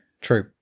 True